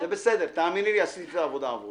זה בסדר, תאמיני לי שעשיתי את העבודה עבורך.